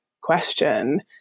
question